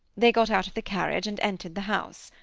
they got out of the carriage and entered the house.